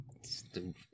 Stupid